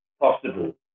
possible